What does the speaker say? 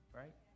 right